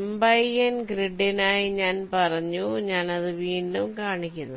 M by N ഗ്രിഡിനായി ഞാൻ പറഞ്ഞു ഞാൻ അത് വീണ്ടും കാണിക്കുന്നു